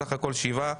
סך הכול שבעה.